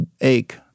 ache